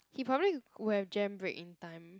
he probably would have jam brake in time